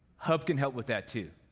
hub can help with that, too.